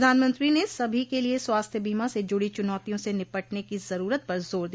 प्रधानमंत्री ने सभी के लिए स्वास्थ्य बीमा से जुड़ी चुनौतियों से निपटने की जरूरत पर जोर दिया